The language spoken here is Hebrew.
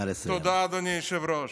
תודה, אדוני היושב-ראש.